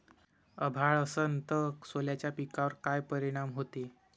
अभाळ असन तं सोल्याच्या पिकावर काय परिनाम व्हते?